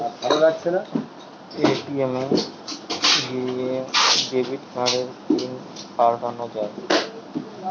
ATM এ গিয়ে debit কার্ডের পিন পাল্টানো যায়